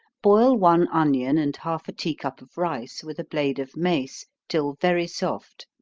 boil one onion and half a tea cup of rice with a blade of mace, till very soft,